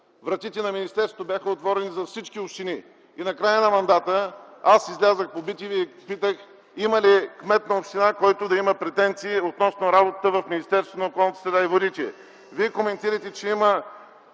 Вратите на министерството бяха отворени за всички общини. И в края на мандата аз излязох по bTV и попитах: има ли кмет на община, който да има претенции, относно работата в Министерството на околната среда и водите? Вие коментирате, че в